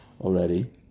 already